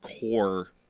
core